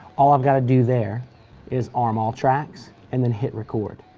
all i've got to do there is arm all tracks and then hit record.